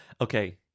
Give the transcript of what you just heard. Okay